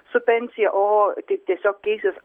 su pensija o tik tiesiog keisis